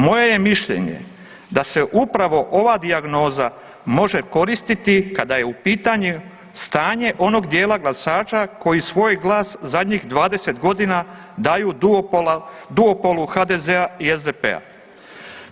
Moje je mišljenje da se upravo ova dijagnoza može koristiti kada je u pitanju stanje onog dijela glasača koji svoj glas zadnjih 20 godina daju duopolu HDZ-a i SDP-a.